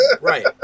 Right